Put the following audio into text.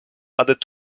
added